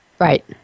Right